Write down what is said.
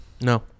No